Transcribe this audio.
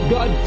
God